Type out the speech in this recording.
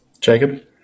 Jacob